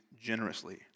generously